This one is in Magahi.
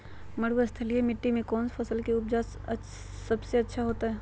मरुस्थलीय मिट्टी मैं कौन फसल के उपज सबसे अच्छा होतय?